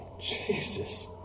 Jesus